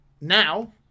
now